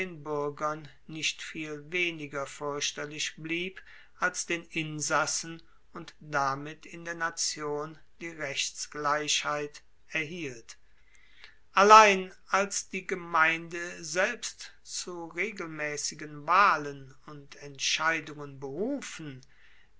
buergern nicht viel weniger fuerchterlich blieb als den insassen und damit in der nation die rechtsgleichheit erhielt allein als die gemeinde selbst zu regelmaessigen wahlen und entscheidungen berufen